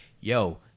yo